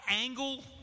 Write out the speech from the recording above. angle